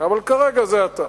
אבל כרגע זה אתה.